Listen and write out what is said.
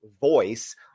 voice